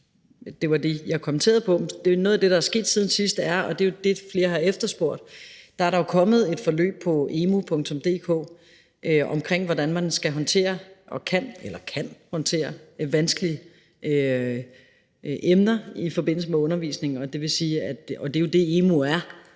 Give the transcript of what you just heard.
det var det, jeg kommenterede på. Noget af det, der er sket siden sidst, og det er jo det, flere har efterspurgt, er, at der er kommet et forløb på emu.dk omkring, hvordan man kan håndtere vanskelige emner i forbindelse med undervisningen, og det er jo det, emu.dk er.